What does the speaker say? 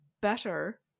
better